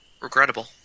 Regrettable